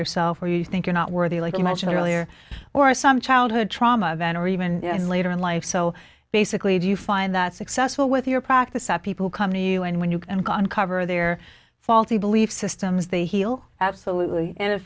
yourself or you think you're not worthy like you mentioned earlier or some childhood trauma then or even later in life so basically do you find that successful with your practice that people come to you and when you can and can cover their faulty belief systems they heal absolutely and